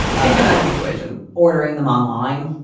i came out of the equation ordering them online.